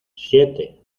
siete